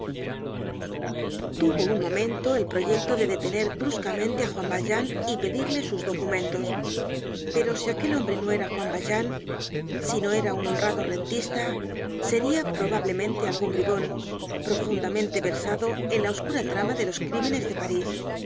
tuvo un momento el proyecto de detener bruscamente á juan valjean y pedirle sus documentos pero si aquel hombre no era juan valjean si no era un honrado rentista seria probablemente algun bribon profundamente versado en la oscura trama de los crímenes de parís